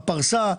בפרסה,